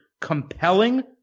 compelling